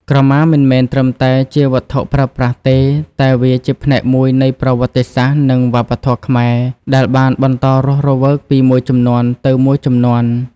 ក្រមាមិនមែនត្រឹមតែជាវត្ថុប្រើប្រាស់ទេ តែវាជាផ្នែកមួយនៃប្រវត្តិសាស្ត្រ និងវប្បធម៌ខ្មែរដែលបានបន្តរស់រវើកពីមួយជំនាន់ទៅមួយជំនាន់។